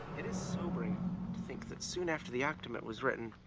it is sobering to think that soon after the akdumet was written,